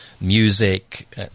music